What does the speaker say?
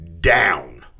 down